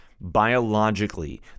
biologically